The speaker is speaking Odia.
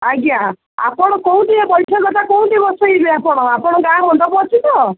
ଆଜ୍ଞା ଆପଣ କେଉଁଠି ଏ ବୈଠକଟା କେଉଁଠି ବସେଇବେ ଆପଣ ଆପଣ ଗାଁ ମଣ୍ଡପ ଅଛି ତ